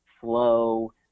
slow